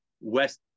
West